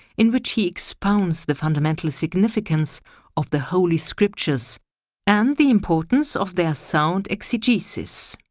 in which he expounds the fundamental significance of the holy scriptures and the importance of their sound exegesis.